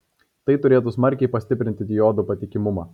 tai turėtų smarkiai pastiprinti diodų patikimumą